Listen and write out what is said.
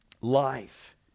life